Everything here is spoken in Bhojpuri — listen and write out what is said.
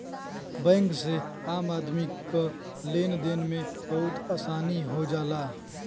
बैंक से आम आदमी क लेन देन में बहुत आसानी हो जाला